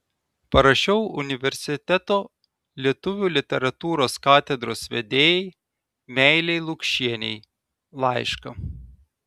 parašiau universiteto lietuvių literatūros katedros vedėjai meilei lukšienei laišką